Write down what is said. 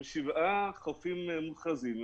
עם שבעה חופים מוכרזים,